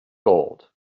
gold